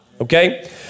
Okay